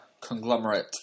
conglomerate